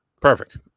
Perfect